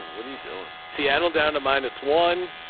what are you doing? seattle down to minus one.